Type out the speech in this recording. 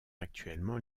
actuellement